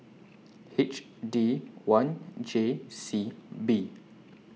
H D one J C B